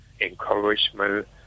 encouragement